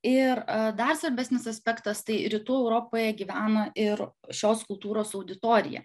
ir dar svarbesnis aspektas tai rytų europoje gyvena ir šios kultūros auditorija